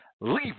leave